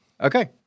Okay